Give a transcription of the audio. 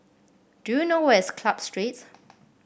do you know where is Club Street